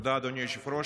תודה, אדוני היושב-ראש.